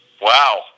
Wow